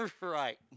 right